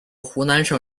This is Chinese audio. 湖南省